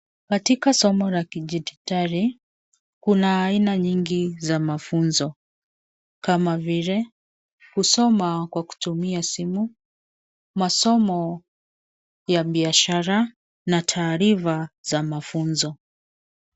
Katika soko la kidijitali kuna aina nyingi za mafunzo kama vile kusoma kwa kutumia simu, masomo ya biashara na taarifa za mafunzo.